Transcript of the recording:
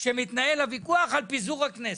כשמתנהל הוויכוח על פיזור הכנסת.